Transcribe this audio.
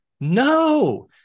no